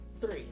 Three